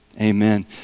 Amen